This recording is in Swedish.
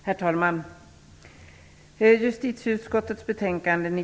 Herr talman!